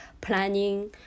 planning